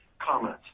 comment